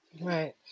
Right